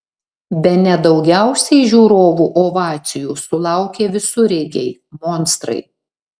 bene daugiausiai žiūrovų ovacijų sulaukė visureigiai monstrai